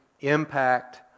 impact